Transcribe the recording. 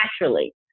naturally